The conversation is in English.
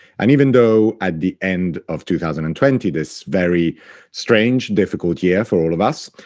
and even though at the end of two thousand and twenty, this very strange, difficult year for all of us,